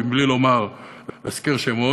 בלי להזכיר שמות,